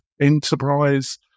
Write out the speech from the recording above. enterprise